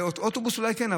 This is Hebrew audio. אוטובוס אולי כן,